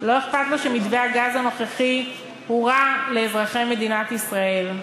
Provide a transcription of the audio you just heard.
לא אכפת לו שמתווה הגז הנוכחי הוא רע לאזרחי מדינת ישראל,